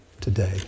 Today